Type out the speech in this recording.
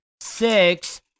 six